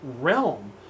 realm